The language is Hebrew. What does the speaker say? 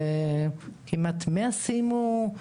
מתוכם כמעט 100 סיימו.